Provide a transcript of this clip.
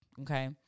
okay